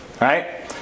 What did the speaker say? right